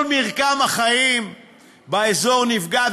כל מרקם החיים באזור נפגע,